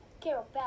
Carol